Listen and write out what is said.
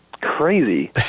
crazy